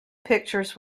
pictures